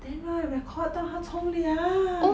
then right record 到他冲凉